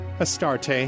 Astarte